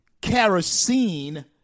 kerosene